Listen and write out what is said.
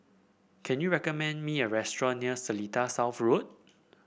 can you recommend me a restaurant near Seletar South Road